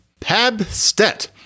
Pabstet